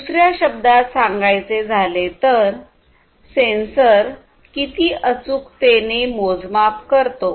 दुसऱ्या शब्दात सांगायचे झाले तर सेन्सर किती अचूकतेने मोजमाप करतो